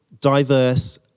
diverse